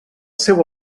seu